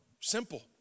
simple